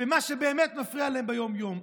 במה שבאמת מפריע להם ביום-יום.